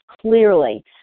clearly